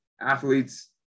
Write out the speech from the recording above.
athletes